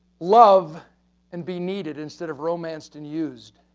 love and be needed instead of romanced and used.